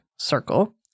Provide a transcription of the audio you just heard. circle